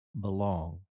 belong